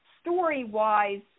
story-wise